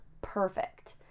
Perfect